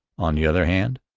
on the other hand,